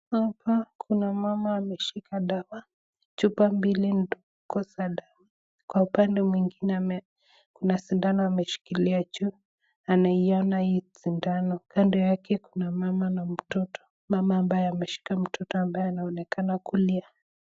Hapa kuna mama ameshika dawa, chupa mbili kwa upande mwingine kuna sindano ameshikilia juu ,anaiona hii sindano kando yake kuna mama na mtoto mama ambaye ameshika mtoto ambaye anaonekana kulia.